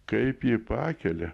kaip jį pakelia